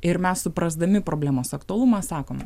ir mes suprasdami problemos aktualumą sakome